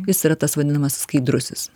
jis yra tas vadinamas skaidrusis